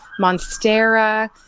Monstera